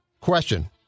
Question